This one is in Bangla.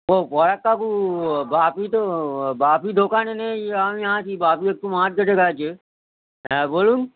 ও পরাগ কাকু বাপি তো বাপি দোকানে নেই আমি আছি বাপি একটু মার্কেটে গেছে হ্যাঁ বলুন